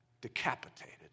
decapitated